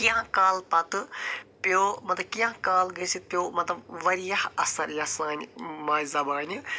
کیٚنٛہہ کال پتہِ پٮ۪و مطلب کیٚنٛہہ کال گٔژھِتھ پٮ۪و مطلب واریاہ اثر یتھ سانہِ ماجہِ زبانہِ